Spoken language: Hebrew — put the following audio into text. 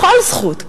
בכל זכות,